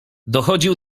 dochodził